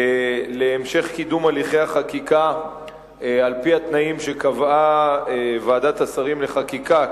להמשך קידום הליכי החקיקה על-פי התנאים שקבעה ועדת השרים לחקיקה,